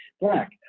black